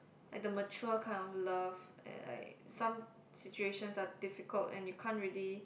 like the mature kind of love and like some situations are difficult and you can't really